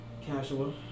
Casual